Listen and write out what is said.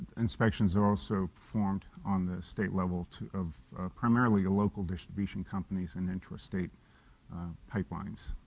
inspections are also performed on the state level of primarily local distribution companies and intrastate pipelines.